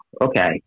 okay